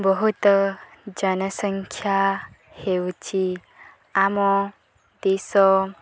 ବହୁତ ଜନସଂଖ୍ୟା ହେଉଛିି ଆମ ଦେଶ